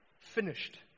Finished